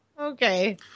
Okay